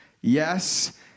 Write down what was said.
yes